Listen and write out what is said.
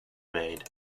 made